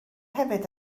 hefyd